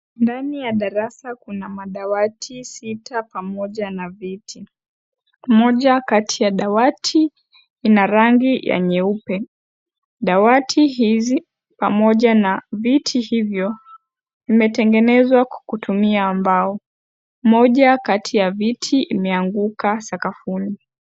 Ndani ya dasara kuna madawati sita pamoja na viti. Moja kati ya dawati ina rangi ya nyeupe. Dawati hizi pamoja na viti hivyo vimetengenezwa kutumia mbao. Moja kati ya viti imeanguka sakafuni.